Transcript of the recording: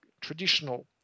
traditional